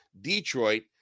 Detroit